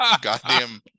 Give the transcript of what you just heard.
goddamn